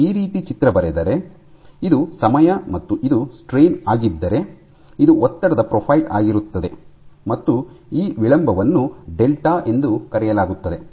ನಾನು ಈ ರೀತಿ ಚಿತ್ರ ಬರೆದರೆ ಇದು ಸಮಯ ಮತ್ತು ಇದು ಸ್ಟ್ರೈನ್ ಆಗಿದ್ದರೆ ಇದು ಒತ್ತಡದ ಪ್ರೊಫೈಲ್ ಆಗಿರುತ್ತದೆ ಮತ್ತು ಈ ವಿಳಂಬವನ್ನು ಡೆಲ್ಟಾ ಎಂದು ಕರೆಯಲಾಗುತ್ತದೆ